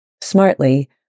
Smartly